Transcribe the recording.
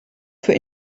für